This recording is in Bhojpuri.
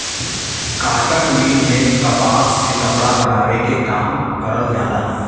काटन मिल में कपास से कपड़ा बनावे के काम करल जाला